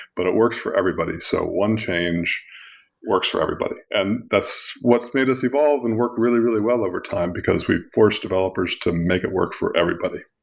but it works for everybody. so one change works for everybody, and that's what's made us evolved and worked really really well overtime because we forced developers to make it work for everybody.